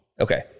okay